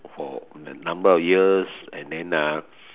for a number of years and then ah